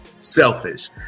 Selfish